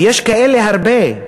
ויש כאלה הרבה,